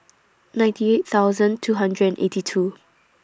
ninety eight thousand two hundred and eighty two